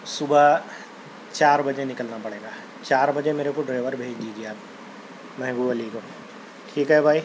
صبح چار بجے نکلنا پڑے گا چار بجے میرے کو ڈرائیور بھیج دیجیے آپ محبوب علی کو ٹھیک ہے بھائی